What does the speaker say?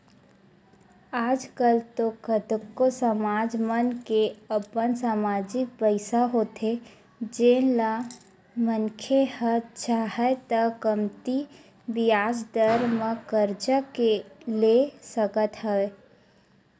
आज कल तो कतको समाज मन के अपन समाजिक पइसा होथे जेन ल मनखे ह चाहय त कमती बियाज दर म करजा ले सकत हे